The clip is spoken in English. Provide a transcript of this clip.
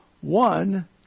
one